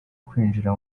kwinjira